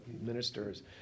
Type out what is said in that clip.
ministers